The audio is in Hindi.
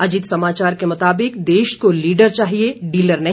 अजीत समाचार के मुताबिक देश को लीडर चाहिए डीलर नहीं